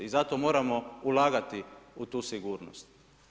I zato moramo ulagati u tu sigurnost.